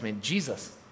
Jesus